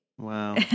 Wow